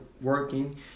working